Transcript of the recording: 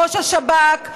ראש השב"כ,